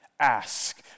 ask